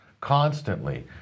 Constantly